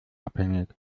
abhängig